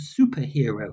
superhero